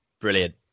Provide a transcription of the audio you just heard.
brilliant